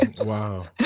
Wow